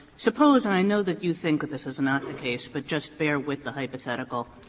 suppose and i know that you think this is not and case, but just bear with the hypothetical.